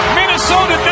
Minnesota